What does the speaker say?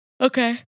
Okay